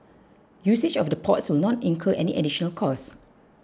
usage of the ports will not incur any additional cost